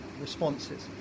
responses